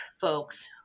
folks